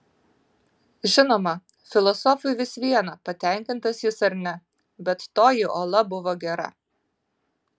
žinoma filosofui vis viena patenkintas jis ar ne bet toji ola buvo gera